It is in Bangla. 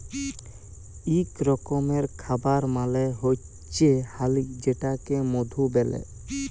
ইক রকমের খাবার মালে হচ্যে হালি যেটাকে মধু ব্যলে